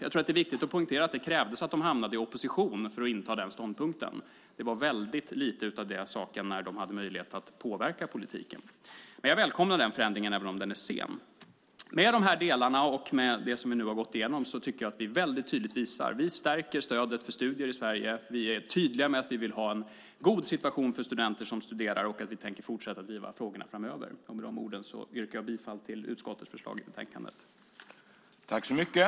Jag tror att det är viktigt att poängtera att det krävdes att de hamnade i opposition för att inta denna ståndpunkt. Det var väldigt lite av den saken när de hade möjlighet att påverka politiken. Men jag välkomnar den förändringen även om den är sen. Med dessa delar och med det som vi nu har gått igenom tycker jag att vi tydligt visar att vi stärker stödet för studier i Sverige. Vi är tydliga med att vi vill ha en god situation för dem som studerar och att vi tänker fortsätta att driva frågorna framöver. Med dessa ord yrkar jag bifall till utskottets förslag i betänkandet.